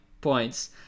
points